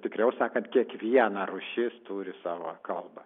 tikriau sakant kiekviena rūšis turi savo kalbą